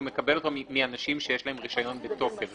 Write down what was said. מקבל אותו מאנשים שיש להם רישיון בתוקף.